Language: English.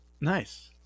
Nice